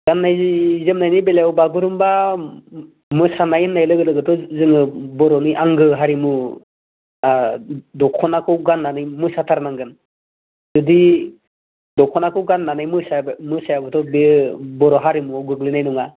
गान्नाय जोमनायनि बेलायाव बागुरुम्बा मोसानाय होन्नाय लोगो लोगोथ' जोङो बर'नि आंगो हारिमु दखनाखौ गान्नानै मोसाथारनांगोन जुदि दखनाखौ गान्नानै मोसायाबाथ' बेयो बर' हारिमुआव गोग्लैनाय नङा